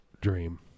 Dream